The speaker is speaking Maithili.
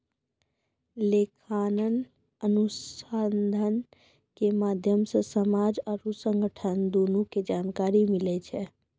लेखांकन अनुसन्धान के माध्यम से समाज आरु संगठन दुनू के जानकारी मिलै छै